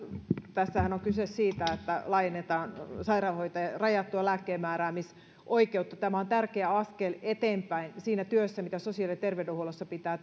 tässähän on kyse siitä että laajennetaan sairaanhoitajien rajattua lääkkeenmääräämisoikeutta tämä on tärkeä askel eteenpäin siinä työssä mitä sosiaali ja terveydenhuollossa pitää